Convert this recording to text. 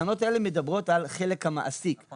התקנות האלה מדברות על החלק של המעסיק אבל